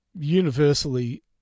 universally